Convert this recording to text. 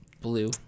Blue